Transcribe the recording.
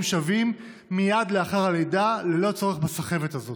שווים מייד לאחר הלידה ללא צורך בסחבת הזאת.